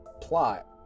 plot